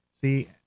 See